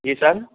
جی سر